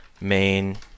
main